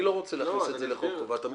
אני לא רוצה להכניס את זה לחוק חובת המכרזים.